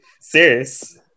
Serious